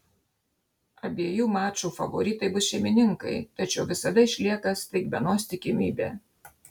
abiejų mačų favoritai bus šeimininkai tačiau visada išlieka staigmenos tikimybė